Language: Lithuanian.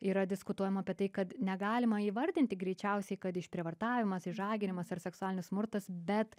yra diskutuojama apie tai kad negalima įvardinti greičiausiai kad išprievartavimas išžaginimas ar seksualinis smurtas bet